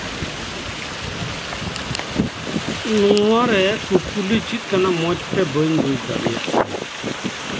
ᱤᱧ ᱫᱚ ᱱᱚᱣᱟ ᱨᱮ ᱠᱩᱠᱞᱤ ᱪᱮᱫ ᱠᱟᱱᱟ ᱢᱚᱸᱡ ᱛᱮ ᱵᱟᱹᱧ ᱵᱩᱡ ᱫᱟᱲᱮᱭᱟᱜ ᱠᱟᱱᱟ